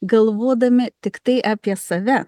galvodami tiktai apie save